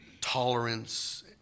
tolerance